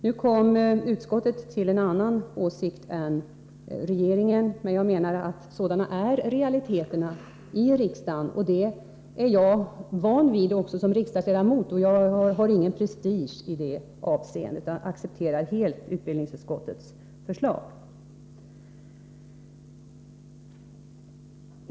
Nu kom utskottet till en annan åsikt än regeringen, men jag menar att sådana är realiteterna i riksdagen. Det är jag van vid också som riksdagsledamot, och jag har ingen prestige att vara rädd om i det avseendet, utan jag accepterar helt utbildningsutskottets förslag.